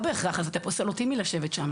לא בהכרח, אז אתה פוסל אותי מלשבת שם.